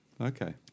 Okay